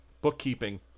bookkeeping